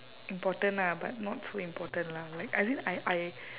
important ah but not so important lah like as in I I